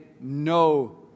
no